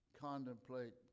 contemplate